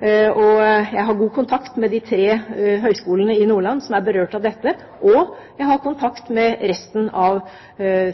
heftig. Jeg har god kontakt med de tre høyskolene i Nordland som er berørt av dette, og jeg har kontakt med resten av